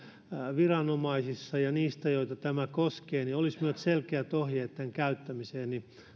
viranomaisissa ja niissä joita tämä koskee olisi nyt selkeät ohjeet tämän käyttämiseen